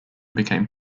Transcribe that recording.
became